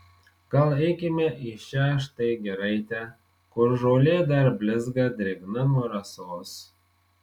gal eikime į šią štai giraitę kur žolė dar blizga drėgna nuo rasos